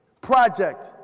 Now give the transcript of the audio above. project